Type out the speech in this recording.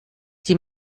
die